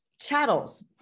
chattels